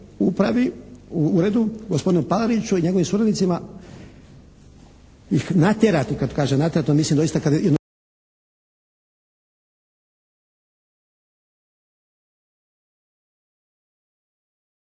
upravi u uredu, gospodinu Palariću i njegovim suradnicima ih natjerati,